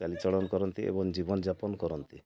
ଚାଲିଚଳନ କରନ୍ତି ଏବଂ ଜୀବନଯାପନ କରନ୍ତି